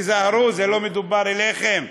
תיזהרו, לא מדובר עליכם,